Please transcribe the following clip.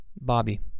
Bobby